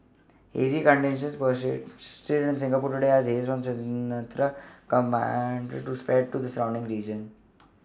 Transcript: hazy conditions persisted in Singapore today as haze from Sumatra to spread to the surrounding region